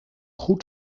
goed